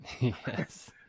Yes